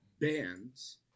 Bands